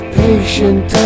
patient